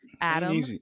Adam